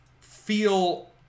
feel